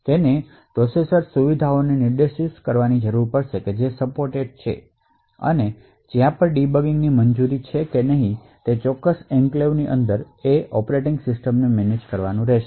તેને પ્રોસેસર સુવિધાઓ કે જે સપોર્ટેડ છે તેને નિર્દિષ્ટ કરવાની જરૂર છે છે અને ડિબગની મંજૂરી છે કે નહીં તે ચોક્કસ એન્ક્લેવ્સ ની અંદર તે પણ નિર્દિષ્ટ કરવું પડશે